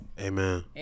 amen